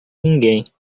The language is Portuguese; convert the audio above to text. ninguém